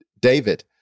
David